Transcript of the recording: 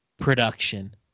production